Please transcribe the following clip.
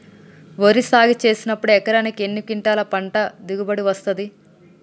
వరి సాగు చేసినప్పుడు ఎకరాకు ఎన్ని క్వింటాలు పంట దిగుబడి వస్తది?